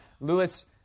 Lewis